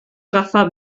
agafar